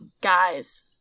guys